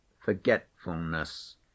forgetfulness